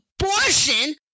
abortion